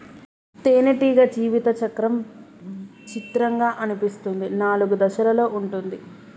తేనెటీగ జీవిత చక్రం చిత్రంగా అనిపిస్తుంది నాలుగు దశలలో ఉంటుంది